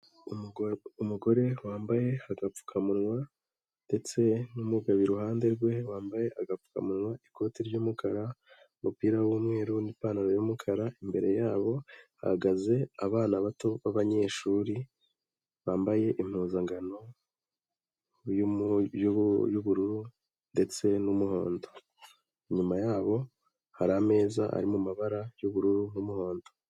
Umugore wambaye agapfukamunwa ndetse n'umugabo iruhande rwe wambaye agapfukamunwa, ikoti ry'umukara, umupira w'umweru n'ipantaro y'umukara, imbere yabo hagaze abana bato b'abanyeshuri bambaye impuzangano y'ubururu ndetse n'umuhondo inyuma yabo hari ameza ari mumabara y'ubururu n'umuhondo.